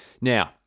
Now